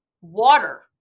water